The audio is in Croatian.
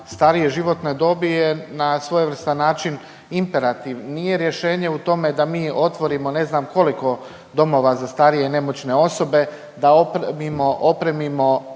starije životne dobi je na svojevrstan način imperativ, nije rješenje u tome da mi otvorimo ne znam koliko domova za starije i nemoćne osobe, da opremimo